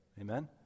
Amen